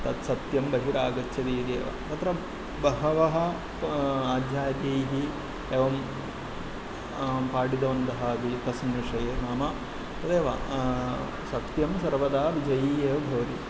तत् सत्यं बहिरागच्छति इति अत्र बहवः अध्यायैः एवं पाठितवन्तः अपि तस्मिन् विषये मम तदेव सत्यं सर्वदा विजयी एव भवति